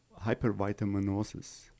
hypervitaminosis